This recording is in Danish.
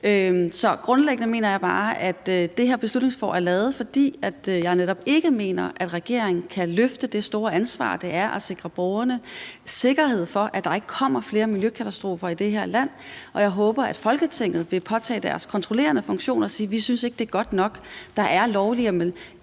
Så grundlæggende er det her beslutningsforslag lavet, fordi jeg netop ikke mener, at regeringen kan løfte det store ansvar, det er at sikre borgerne sikkerhed, i forhold til at der ikke kommer flere miljøkatastrofer i det her land. Jeg håber, at Folketinget vil påtage sig deres kontrollerende funktion og sige: Vi synes ikke, det er godt nok. Der er allerede